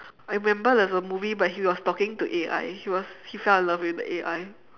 I remember there was a movie but he was talking to A_I he was he fell in love with the A_I